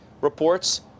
reports